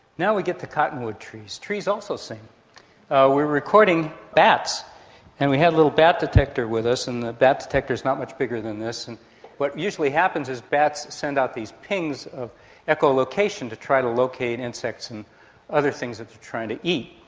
now we get to cottonwood trees. trees also sing. we ah were recording bats and we had a little bat detector with us, and the bat detector is not much bigger than this. and what usually happens is bats send out these pings of echolocation to try to locate insects and other things that they're trying to eat,